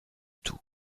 tout